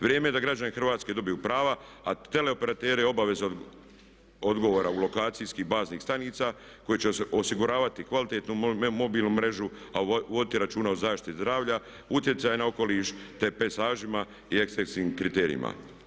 Vrijeme je da građani Hrvatske dobiju prava, a teleoperateri obveze odgovora lokacijskih baznih stanica koje će osiguravati kvalitetnu mobilnu mrežu, a voditi računa o zaštiti zdravlja, utjecaja na okoliš te pejzažima i estetskim kriterijima.